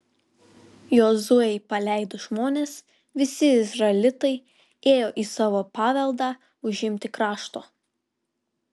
jozuei paleidus žmones visi izraelitai ėjo į savo paveldą užimti krašto